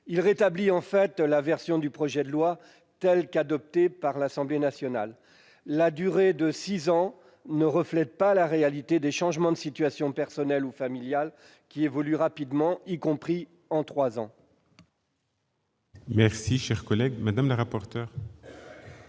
Il rétablit en fait la version du projet de loi adoptée par l'Assemblée nationale. La durée de six ans ne reflète pas la réalité des changements de situation personnelle ou familiale, qui évolue rapidement, y compris en trois ans. Quel est l'avis de la commission